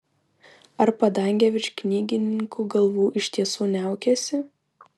ar padangė virš knygininkų galvų iš tiesų niaukiasi